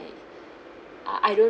uh I don't